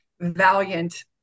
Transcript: valiant